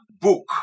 book